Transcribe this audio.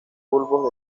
bulbos